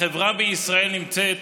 החברה בישראל נמצאת